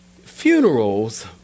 funerals